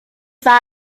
war